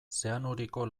zeanuriko